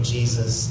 Jesus